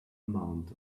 amount